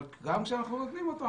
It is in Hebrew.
אבל גם כשאנחנו נותנים אותו,